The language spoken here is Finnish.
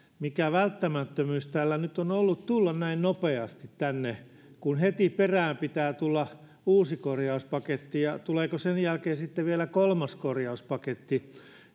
mikä välttämättömyys tällä nyt on ollut tulla näin nopeasti tänne kun heti perään pitää tulla uusi korjauspaketti ja tuleeko sen jälkeen sitten vielä kolmas korjauspaketti